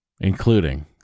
including